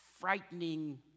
frightening